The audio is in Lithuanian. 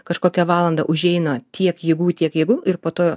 kažkokią valandą užeina tiek jėgų tiek jėgų ir po to